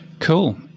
Cool